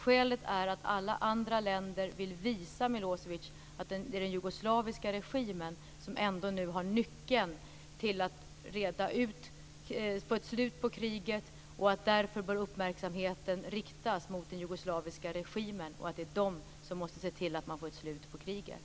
Skälet är att alla andra länder vill visa Milosevic att det är den jugoslaviska regimen som nu har nyckeln till att få ett slut på kriget och att uppmärksamheten därför bör riktas mot den jugoslaviska regimen. Det är den som måste se till att få ett slut på kriget.